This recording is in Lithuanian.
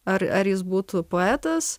ar ar jis būtų poetas